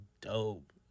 dope